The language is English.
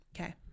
Okay